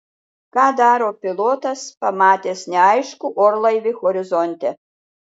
ką daro pilotas pamatęs neaiškų orlaivį horizonte